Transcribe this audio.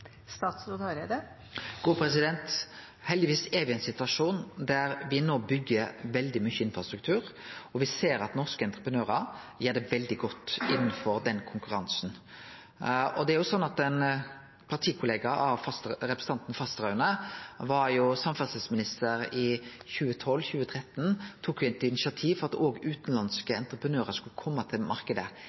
Heldigvis er me no i ein situasjon der me byggjer veldig mykje infrastruktur, og me ser at norske entreprenørar gjer det veldig godt i den konkurransen. Da ein partikollega av representanten Fasteraune var samferdselsminister i 2012–2013, tok ho initiativ til at utanlandske entreprenørar skulle kome til